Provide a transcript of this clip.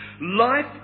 Life